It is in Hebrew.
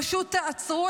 פשוט תעצרו.